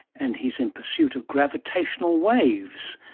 and he is in pursuit of gravitational waves,